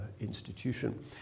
institution